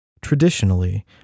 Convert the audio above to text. Traditionally